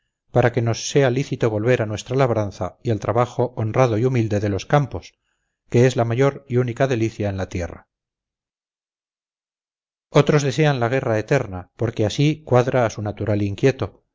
para que nos sea lícito volver a nuestra labranza y al trabajo honrado y humilde de los campos que es la mayor y única delicia en la tierra otros desean la guerra eterna porque así cuadra a su natural inquieto